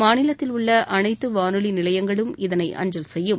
மாநிலத்தில் உள்ள அனைத்து வானொலி நிலையங்களும் இதனை அஞ்சல் செய்யும்